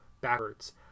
backwards